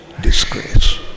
disgrace